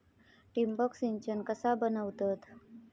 ठिबक सिंचन कसा बनवतत?